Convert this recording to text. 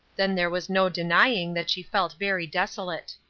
then there was no denying that she felt very desolate.